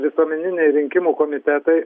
visuomeniniai rinkimų komitetai